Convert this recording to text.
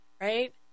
right